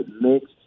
mixed